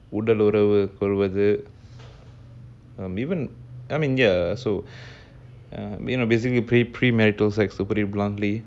உடலுறவுகொள்வது:udaluravu kolvathu ya so uh mean basically you play premarital sex to put it bluntly